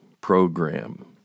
program